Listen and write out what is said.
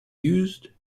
used